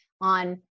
on